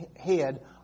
head